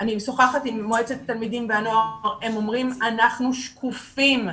אני משוחחת עם מועצת התלמידים והנוער והם אומרים 'אנחנו שקופים,